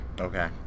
okay